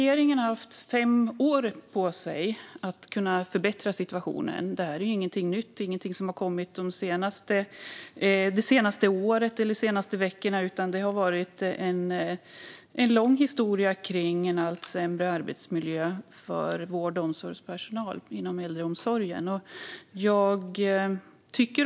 Regeringen har haft fem år på sig att förbättra situationen. Det här är ingenting nytt, ingenting som har kommit det senaste året eller de senaste veckorna, utan det har varit en lång historia med en allt sämre arbetsmiljö för vård och omsorgspersonal inom äldreomsorgen.